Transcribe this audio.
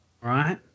Right